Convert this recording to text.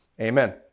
Amen